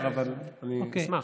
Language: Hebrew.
בסדר, אני אשמח.